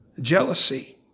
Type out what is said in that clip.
jealousy